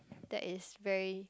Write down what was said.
that is very